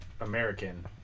American